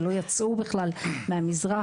ולא יצאו בכלל מהמזרח,